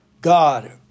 God